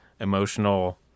emotional